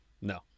No